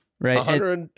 Right